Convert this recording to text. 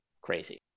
crazy